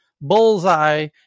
bullseye